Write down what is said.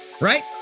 right